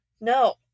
no